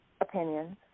opinions